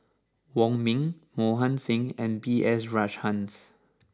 Wong Ming Mohan Singh and B S Rajhans